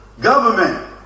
government